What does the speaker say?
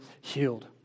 healed